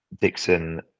Dixon